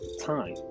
time